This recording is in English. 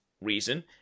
reason